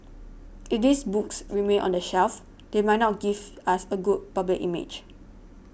it these books remain on the shelf they might not give us a good public image